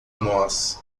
nós